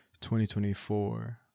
2024